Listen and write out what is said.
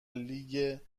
لیگ